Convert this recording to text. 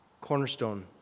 cornerstone